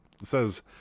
says